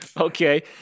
Okay